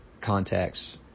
contacts